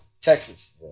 Texas